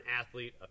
athlete